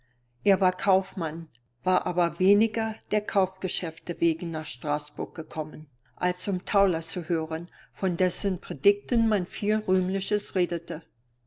er war kaufmann war aber weniger der kaufgeschäfte wegen nach straßburg gekommen als um tauler zu hören von dessen predigten man viel rühmliches redete